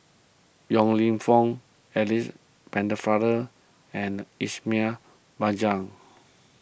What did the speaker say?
Yong Lew Foong Alice Pennefather and Ismail Marjan